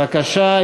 בבקשה.